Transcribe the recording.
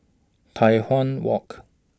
Tai Hwan Walk